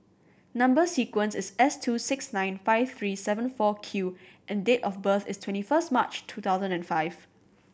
number sequence is S two six nine five three seven four Q and date of birth is twenty first March two thousand and five